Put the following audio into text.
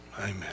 Amen